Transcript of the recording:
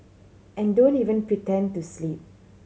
and don't even pretend to sleep